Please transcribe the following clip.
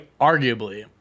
arguably